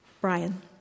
Brian